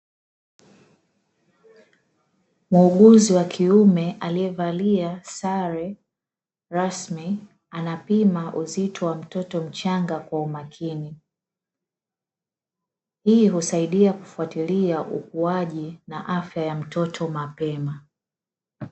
Muuguzi wa kiume aliyevalia sare rasmi anapima uzito wa mtoto mchanga kwa umakini, hii husaidia kufatilia ukuaji na afya ya mtoto mapema.